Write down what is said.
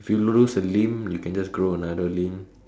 if you lose a limb you can just grow another limb